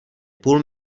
půl